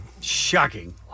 Shocking